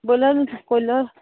boiler ꯀꯣꯏꯂꯔ